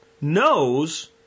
knows